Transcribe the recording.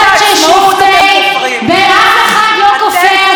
אף אחד לא כופר במגילת העצמאות.